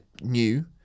new